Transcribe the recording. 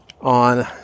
on